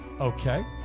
Okay